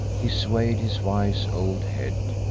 he swayed his wise old head,